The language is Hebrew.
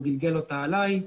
הוא גלגל אותה עלי.